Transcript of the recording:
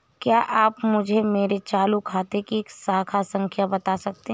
क्या आप मुझे मेरे चालू खाते की खाता संख्या बता सकते हैं?